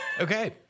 Okay